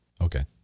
okay